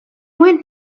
went